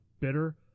bitter